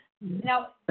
Now